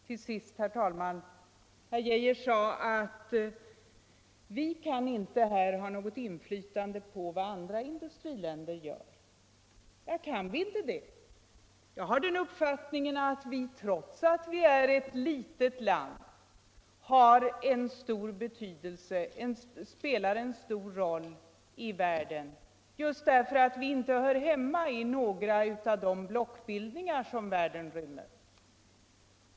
Till sist, herr talman, sade herr Geijer att vi kan inte här ha något inflytande på vad andra industriländer gör. Kan vi inte det? Jag har den uppfattningen att vi trots att vi är ett litet land spelar en stor roll i världen just därför att vi inte hör hemma i någon av de politiska blockbildningar som världen rymmer.